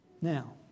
Now